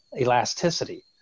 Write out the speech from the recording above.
elasticity